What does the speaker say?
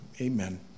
Amen